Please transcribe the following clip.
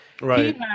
Right